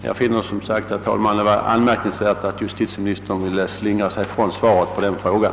Jag finner det som sagt, herr talman, anmärkningsvärt att justitieministern ville slingra sig från svaret på den frågan.